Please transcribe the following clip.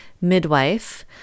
midwife